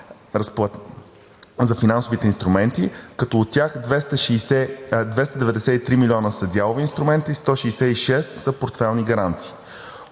за финансовите инструменти, като от тях 293 милиона са дялови инструменти, 166 са портфейлни гаранции.